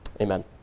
amen